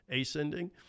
ascending